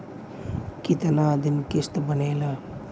कितना दिन किस्त बनेला?